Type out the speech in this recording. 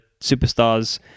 superstars